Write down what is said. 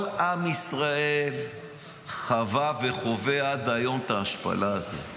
כל עם ישראל חווה וחווה עד היום את ההשפלה הזו.